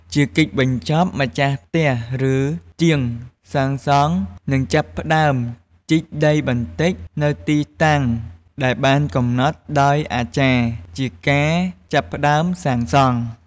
ជាកិច្ចបញ្ចប់ ម្ចាស់ផ្ទះ ឬ ជាងសាងសង់ នឹងចាប់ផ្តើមជីកដីបន្តិចនៅទីតាំងដែលបានកំណត់ដោយអាចារ្យ ជាការចាប់ផ្តើមសាងសង់។